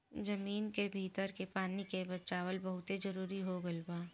जमीन के भीतर के पानी के बचावल बहुते जरुरी हो गईल बा